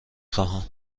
خواهم